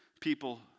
people